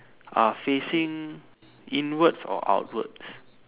are facing inwards or outwards